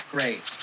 Great